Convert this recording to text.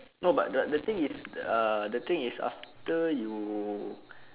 no but the the thing is err the thing is after you